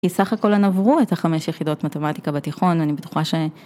כי סך הכל הן עברו את החמש יחידות מתמטיקה בתיכון, אני בטוחה ש...